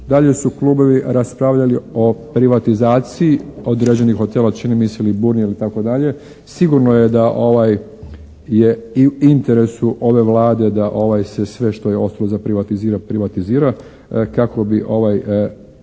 Dalje su klubovi raspravljali o privatizaciji određenih hotela, čini mi se "Liburnije" itd. Sigurno je da je u interesu ove Vlade da sve što je ostalo za privatizirati privatizira kako bi ti